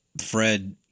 Fred